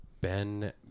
Ben